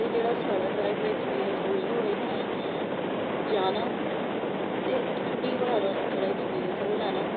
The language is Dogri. ते जेहड़ा साढ़ा ट्रैक दा ऐक्सपिरिंयस ऐ ओह् इयो है कि जाना ते ठंडी हवा दा जेहड़ा एक्सपिरिंयस ऐ ओह् लेना त